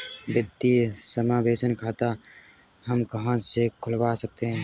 वित्तीय समावेशन खाता हम कहां से खुलवा सकते हैं?